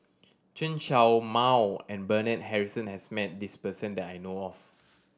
Chen Show Mao and Bernard Harrison has met this person that I know of